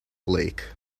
lake